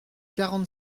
quarante